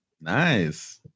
Nice